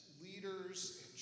leaders